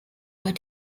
what